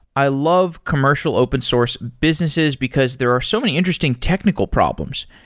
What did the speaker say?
i love commercial open source businesses because there are so many interesting technical problems.